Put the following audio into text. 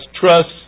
trust